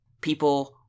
People